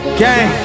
gang